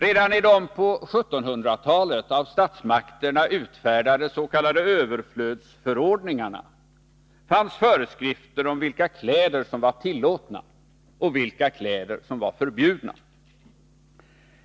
Redan i de på 1700-talet av statsmakterna utfärdade s.k. överflödsförordningarna fanns föreskrifter om vilka kläder som var tillåtna och vilka som var förbjudna.